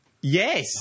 Yes